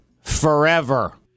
Forever